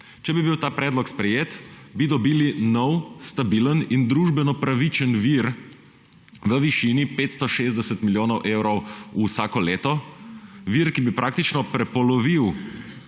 Če bi bil ta predlog sprejet, bi dobili nov stabilen in družbeno pravičen vir v višini 560 milijonov evrov vsako leto, vir, ki bi praktično prepolovil